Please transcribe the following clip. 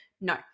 No